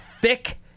thick